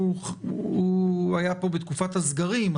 הוא היה פה בתקופת הסגרים,